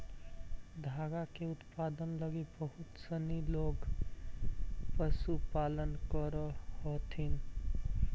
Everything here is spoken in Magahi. धागा के उत्पादन लगी बहुत सनी लोग पशुपालन करऽ हथिन